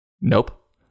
Nope